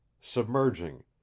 submerging